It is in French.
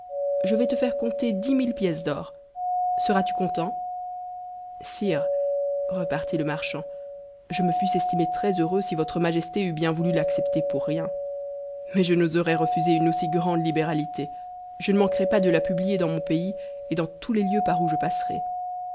je vais te faire compter dix mille pièces d'or seras-tu content sire repartit lemarchand je me fusse estimé très-heureux si votre psté eût bien voulu l'accepter pour rien mais je n'oserais refuser une aussi grande libéralité je ne manquerai pas de la publier dans mon pays et dans tous les lieux par où je passerai